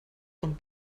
und